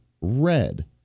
red